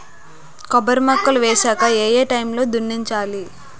కొబ్బరి మొక్కలు వేసాక ఏ ఏ టైమ్ లో దున్నించాలి?